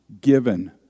given